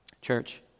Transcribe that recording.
Church